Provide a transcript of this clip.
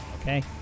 Okay